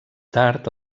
tard